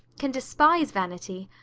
can despise vanity.